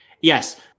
Yes